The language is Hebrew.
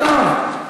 עזוב.